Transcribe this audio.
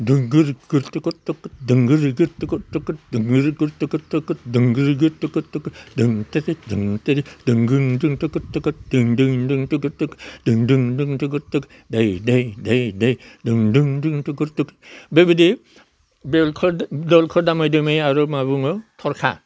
बेबायदि बेलखौ दामै दामै आरो मा बुङो थरखा